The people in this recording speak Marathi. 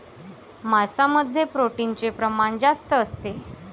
मांसामध्ये प्रोटीनचे प्रमाण जास्त असते